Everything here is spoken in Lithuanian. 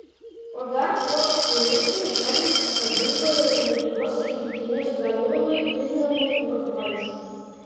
po dar poros minučių žeminti pavyko ir lietuvos rinktinės galiūnui mindaugui norvaišui